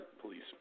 Police